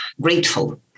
grateful